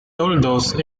toldos